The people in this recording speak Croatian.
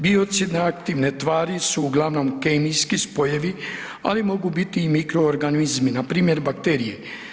Biocidne aktivne tvari su uglavnom kemijski spojevi, ali mogu biti i mikroorganizmi npr. bakterije.